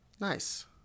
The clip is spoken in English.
Nice